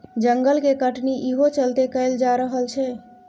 जंगल के कटनी इहो चलते कएल जा रहल छै